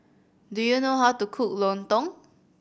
do you know how to cook lontong